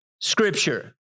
Scripture